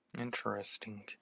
interesting